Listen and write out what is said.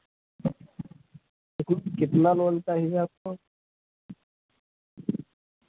कितना लोन चाहिए आपको